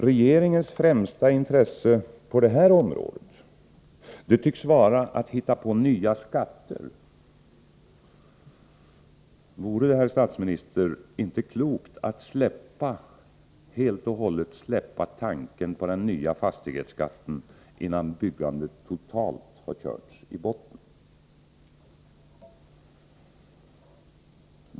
Regeringens främsta intresse på byggområdet tycks vara att hitta på nya skatter. Vore det inte, herr statsminister, klokt att helt släppa tanken på den nya fastighetsskatten, innan byggandet totalt har körts i botten?